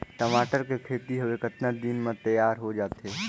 टमाटर कर खेती हवे कतका दिन म तियार हो जाथे?